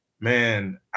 Man